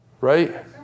Right